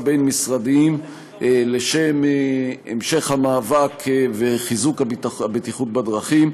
בין-משרדיים להמשך המאבק ולחיזוק הבטיחות בדרכים.